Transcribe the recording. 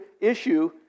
issue